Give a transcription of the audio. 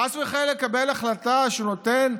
חס וחלילה הוא יקבל החלטה שהוא נותן,